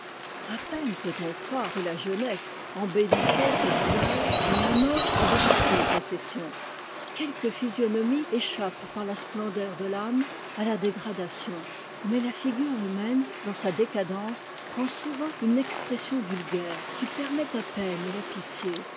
a peine peut-on croire que la jeunesse embettissait ce visage dont la mort a déjà pris possession quelques physionomies échappent par la splendeur de l'âme à la dégradation mais la figure humaine dans sa décadence prend souvent une expression vulgaire qui permet à peine la pitié